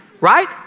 right